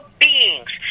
beings